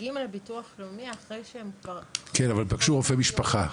מגיעים לביטוח לאומי אחרי שהם כבר --- כן אבל הם פגשו רופא משפחה.